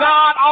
God